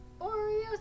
Oreos